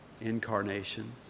incarnation